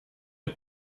are